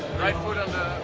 right foot on the